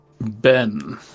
Ben